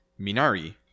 Minari